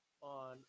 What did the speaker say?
on